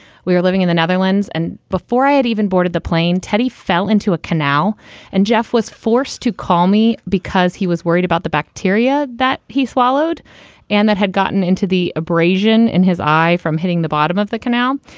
we were living in the netherlands and before i had even boarded the plane, teddy fell into a canal and jeff was forced to call me because he was worried about the bacteria that he swallowed and that had gotten into the abrasion in his eye from hitting the bottom of the canal.